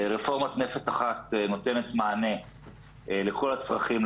רפורמת "נפש אחת" נותנת מענה לכל הצרכים,